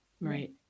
Right